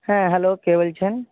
হ্যাঁ হ্যালো কে বলছেন